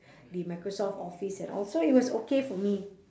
the microsoft office and all so it was okay for me